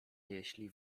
jeśli